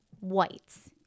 whites